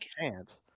chance